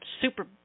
Super